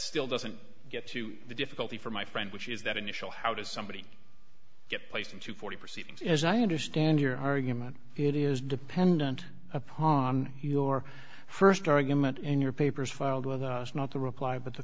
still doesn't get to the difficulty for my friend which is that initial how does somebody it placed into forty proceedings as i understand your argument it is dependent upon your first argument in your papers filed with us not to reply but the